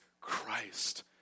Christ